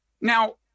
now